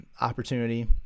opportunity